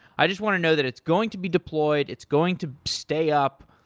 i just want to know that it's going to be deployed, it's going to stay up.